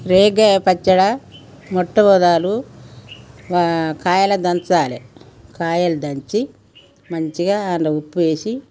రేగ్గాయ పచ్చడి మొట్టమొదట కాయలు దంచాలే కాయలు దంచి మంచిగా అందులో ఉప్పు వేసి